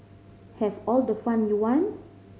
have all the fun you want